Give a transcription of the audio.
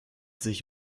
sich